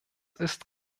ist